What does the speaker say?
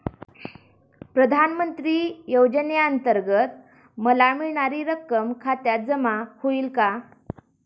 प्रधानमंत्री योजनेअंतर्गत मला मिळणारी रक्कम खात्यात जमा होईल का?